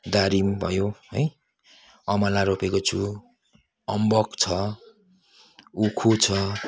दारिम भयो है अमला रोपेको छु अम्बक छ उखु छ